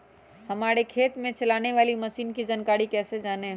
हमारे खेत में चलाने वाली मशीन की जानकारी कैसे जाने?